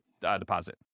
deposit